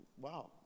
wow